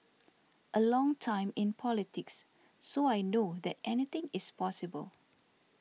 a long time in politics so I know that anything is possible